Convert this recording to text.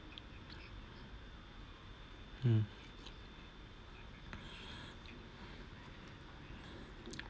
hmm